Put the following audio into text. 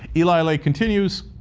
eli lake continues.